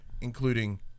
including